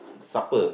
supper